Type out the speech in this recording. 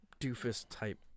doofus-type